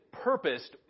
purposed